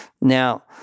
Now